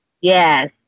Yes